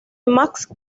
max